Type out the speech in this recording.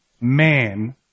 man